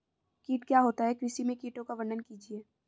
कीट क्या होता है कृषि में कीटों का वर्णन कीजिए?